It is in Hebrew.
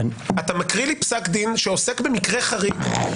אתה מקריא לי פסק דין שעוסק במקרה חריג.